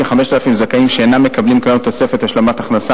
כ-5,000 זכאים שאינם מקבלים כיום תוספת השלמת הכנסה